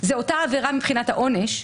זאת אותה עבירה מבחינת העונש.